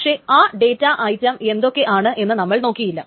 പക്ഷേ ആ data item എന്തൊക്കെയാണ് എന്ന് നമ്മൾ നോക്കിയില്ല